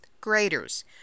graders